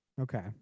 Okay